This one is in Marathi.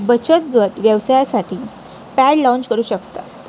बचतगट व्यवसायासाठी पॅड लाँच करू शकतात